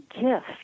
gift